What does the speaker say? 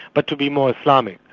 but to be more islamic.